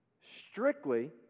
strictly